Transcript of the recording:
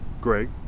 Greg